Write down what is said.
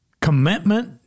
commitment